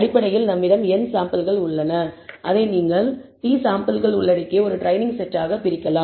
அடிப்படையில் நம்மிடம் n சாம்பிள்கள் உள்ளன அதை நீங்கள் t சாம்பிள்கள் உள்ளடக்கிய ஒரு ட்ரெய்னிங் செட்டாக பிரிக்கலாம்